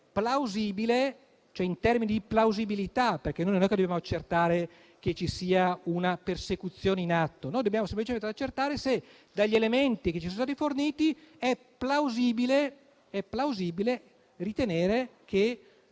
all'Aula. In termini di plausibilità - noi non dobbiamo accertare che ci sia una persecuzione in atto, ma dobbiamo semplicemente accertare se dagli elementi che ci sono stati forniti è plausibile ritenere che